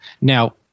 Now